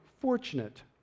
fortunate